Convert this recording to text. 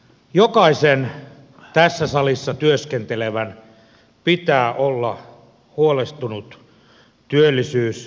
jokaisen tässä salissa työskentelevän pitää olla huolestunut työllisyyskehityksestä